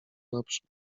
naprzód